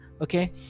okay